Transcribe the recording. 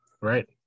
right